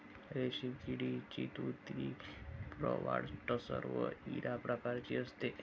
रेशीम किडीची तुती प्रवाळ टसर व इरा प्रकारची असते